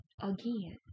again